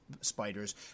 spiders